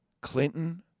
Clinton